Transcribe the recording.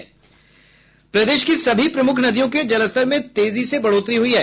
प्रदेश की सभी प्रमुख नदियों के जलस्तर में तेजी से बढ़ोतरी हुई है